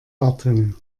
warten